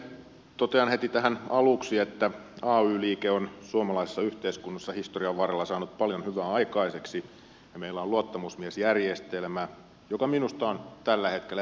totean heti tähän aluksi että ay liike on suomalaisessa yhteiskunnassa historian varrella saanut paljon hyvää aikaiseksi ja meillä on luottamusmiesjärjestelmä joka minusta on tällä hetkellä erittäin hyvä